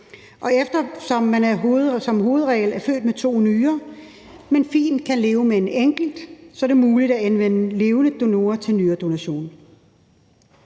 og eftersom man som hovedregel er født med to nyrer, men fint kan leve med en enkelt, er det muligt at anvende levende donorer til nyredonationer.